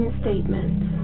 statements